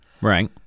Right